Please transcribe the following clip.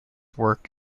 work